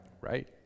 right